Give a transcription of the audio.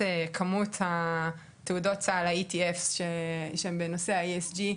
כמות התעודות סל ה-ETF שהם בנושא ה-ESG,